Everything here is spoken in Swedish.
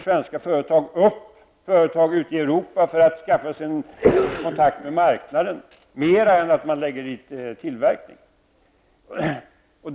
Svenska företag köper upp företag ute i Europa för att skaffa sig kontakt med marknaden på ett annat sätt än om man bara lägger ut tillverkningen.